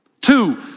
Two